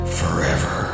forever